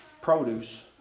Produce